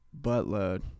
buttload